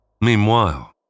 Meanwhile